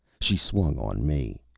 she swung on me.